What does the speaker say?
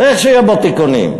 צריך שיהיה בו תיקונים.